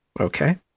okay